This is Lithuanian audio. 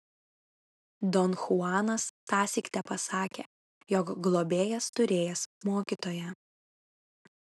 don chuanas tąsyk tepasakė jog globėjas turėjęs mokytoją